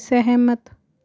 सहमत